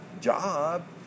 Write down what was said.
job